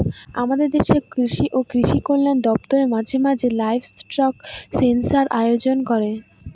আমাদের দেশের কৃষি ও কৃষি কল্যাণ দপ্তর মাঝে মাঝে লাইভস্টক সেনসাস আয়োজন করে